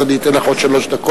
אז אני אתן לך עוד שלוש דקות.